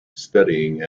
studying